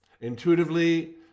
Intuitively